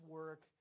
work